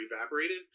evaporated